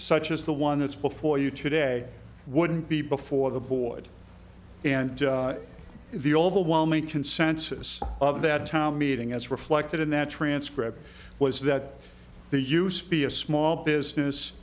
such as the one that's before you today wouldn't be before the board and the overwhelming consensus of that town meeting as reflected in that transcript was that the use be a small business